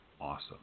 awesome